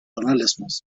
journalismus